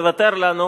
תוותר לנו,